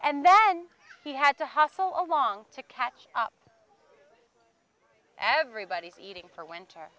and then he had to hustle along to catch up everybody's eating for winter